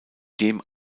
den